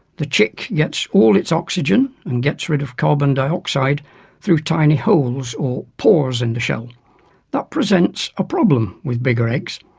the chick gets all its oxygen and gets rid of carbon dioxide through tiny holes, or pores, in the shell. and that presents a problem with bigger eggs.